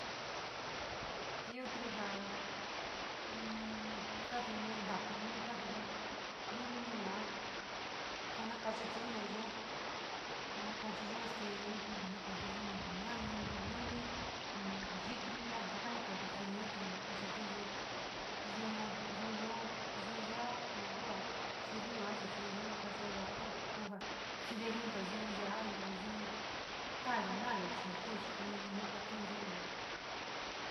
Io tu jaa in koto kueenta ntakuu luli kaatu ko io luli nii yuu koo na kocheyo nuuyoo sa na kachayo este io ja na kachayo noo ponuu, nova poe lulo, nova po kiti yo teko ki kakue bonu io na jii, io io no kae yua yua keveyu yua kee sinue yua chiiyo no kakucha chia to xii iniyo kuetiun yo yua.